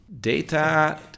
Data